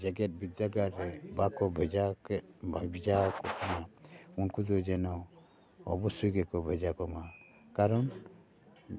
ᱡᱮᱜᱮᱫ ᱰᱤᱫᱽᱫᱟᱜᱟᱲ ᱨᱮ ᱵᱟᱠᱚ ᱵᱷᱮᱡᱟ ᱠᱮᱫ ᱵᱷᱮᱡᱟ ᱩᱱᱠᱩ ᱫᱚ ᱡᱮᱱᱚ ᱚᱵᱚᱥᱳᱭ ᱜᱮᱠᱚ ᱵᱷᱮᱡᱟ ᱠᱚᱢᱟ ᱠᱟᱨᱚᱱ